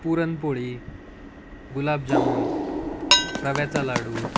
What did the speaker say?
पुरणपोळी गुलाबजामून रव्याचा लाडू